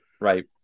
Right